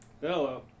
Hello